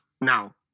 now